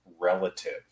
relative